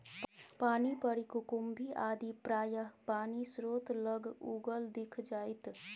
पानिपरी कुकुम्भी आदि प्रायः पानिस्रोत लग उगल दिख जाएत